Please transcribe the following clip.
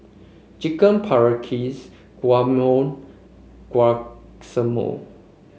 Chicken Paprikas Guacamole